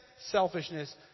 selfishness